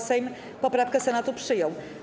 Sejm poprawkę Senatu przyjął.